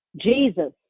Jesus